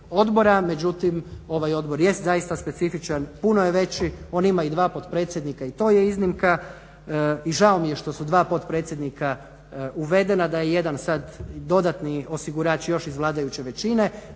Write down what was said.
odbora. Međutim, ovaj odbor jest zaista specifičan, puno je veći, on ima i dva potpredsjednika i to je iznimka. I žao mi je što su dva potpredsjednika uvedena, da je jedan sada dodatni osigurač još iz vladajuće većine.